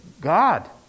God